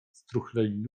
struchleli